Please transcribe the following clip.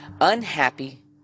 unhappy